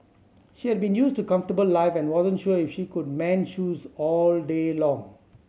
she had been used to comfortable life and wasn't sure if she could mend shoes all day long